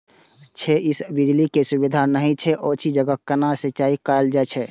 छै इस पर बिजली के सुविधा नहिं छै ओहि जगह केना सिंचाई कायल जाय?